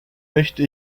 möchte